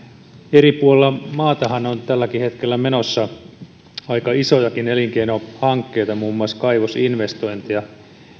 eri puolilla maatahan on tälläkin hetkellä menossa aika isojakin elinkeinohankkeita muun muassa kaivosinvestointeja